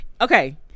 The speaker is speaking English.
Okay